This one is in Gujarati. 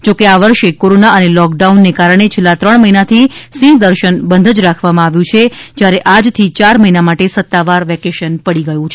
જો કે આ વર્ષે કોરોના અને લોક ડાઉન ને કારણે છેલ્લા ત્રણ મહિના થી સિંહ દર્શન બંધ જ રાખવામાં આવ્યું છે જ્યારે આજથી ચાર મહિના માટે સત્તાવાર વેકેશન પડી ગયું છે